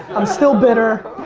i'm still bitter.